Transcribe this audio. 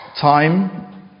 time